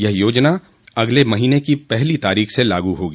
यह योजना अगले महींने की पहली तारीख से लागू होगी